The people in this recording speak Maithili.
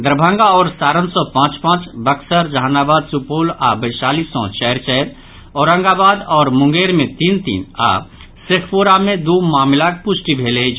दरभंगा आओर सारण सॅ पांच पांच बक्सर जहानाबाद सुपौल आओर वैशाली सॅ चारि चारि औरंगाबाद आओर मुंगेर मे तीन तीन आ शेखपुरा मे दू मामिलाक पुष्टि भेल अछि